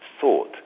thought